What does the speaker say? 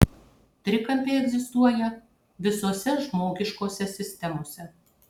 trikampiai egzistuoja visose žmogiškose sistemose